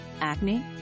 Acne